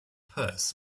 purse